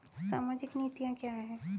सामाजिक नीतियाँ क्या हैं?